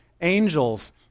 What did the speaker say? angels